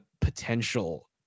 potential